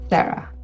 Sarah